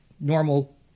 normal